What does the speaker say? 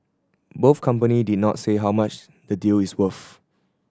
both company did not say how much the deal is worth